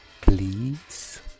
please